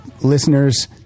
listeners